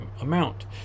amount